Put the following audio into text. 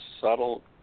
subtle